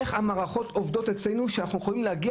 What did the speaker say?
איך המערכות עובדות אצלנו שאנחנו יכולים להגיע